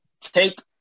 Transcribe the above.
take